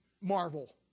marvel